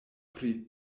pri